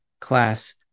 class